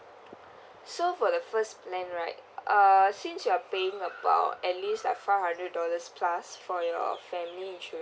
so for the first plan right err since you're playing about at least like five hundred dollars plus for your family insurance